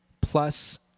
Plus